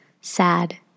Sad